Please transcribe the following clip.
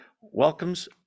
welcomes